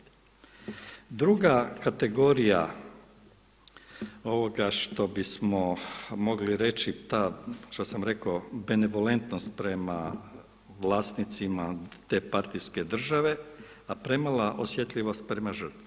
Druga kategorija ovoga što bismo mogli reći, što sam rekao benevolentnost prema vlasnicima te partijske države, a premala osjetljivost prema žrtvi.